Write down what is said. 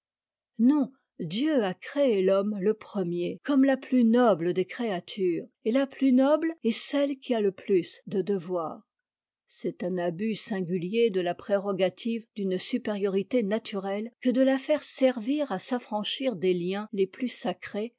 non dieu a créé l'homme le premier comme la plus noble des créatures et la plus noble est celle qui a le plus de devoirs c'est un abus singulier de la prérogative d'une supériorité naturelle que de la faire servir à s'affranchir des liens les plus sacrés